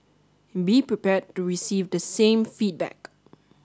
be prepared to receive the same feedback